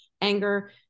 anger